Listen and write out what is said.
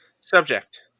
Subject